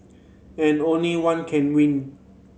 and only one can win